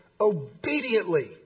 obediently